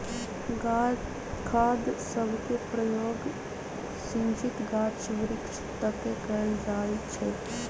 खाद सभके प्रयोग सिंचित गाछ वृक्ष तके कएल जाइ छइ